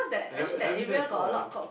I never I never been there before